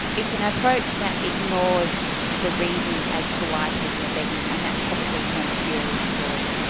it's an approach that ignores the reasons as to why people are begging, and that's probably the most serious flaw.